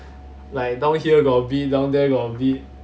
like down here got a bit down there got a bit